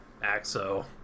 AXO